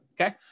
Okay